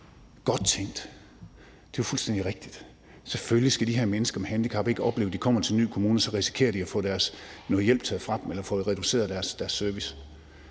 Godt tænkt; det er jo fuldstændig rigtigt; selvfølgelig skal de her mennesker med handicap ikke opleve, at de kommer til en ny kommune, og så risikerer de at få noget hjælp taget fra dem eller at få reduceret deres service